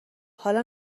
حالا